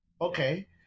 okay